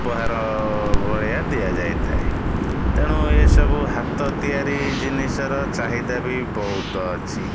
ଉପହାର ଭଳିଆ ଦିଆ ଯାଇଥାଏ ତେଣୁ ଏସବୁ ହାତ ତିଆରି ଜିନିଷର ଚାହିଦା ବି ବହୁତ ଅଛି